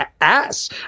ass